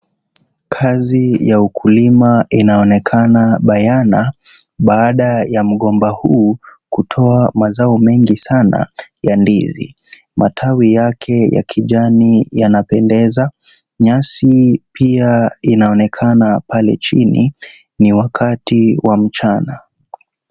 Kazi ya ukulima inaonekana bayana baada ya mgomba huu kutoa majani mengi ya ndizi. Matawi yake ya kijani yanapendeza. Nyasi pia inaonekana pale chini. Ni wakati wa mchana.